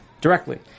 directly